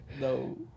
no